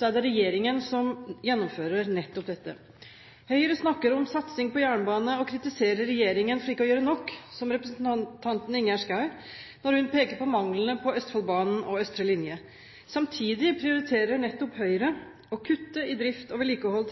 er det regjeringen som gjennomfører nettopp dette. Høyre snakker om satsing på jernbane og kritiserer regjeringen for ikke å gjøre nok – som representanten Ingjerd Schou når hun peker på manglene på Østfoldbanen og